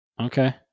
Okay